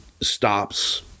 stops